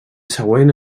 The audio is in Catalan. següent